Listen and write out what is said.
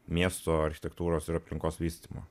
miesto architektūros ir aplinkos vystymo